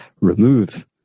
remove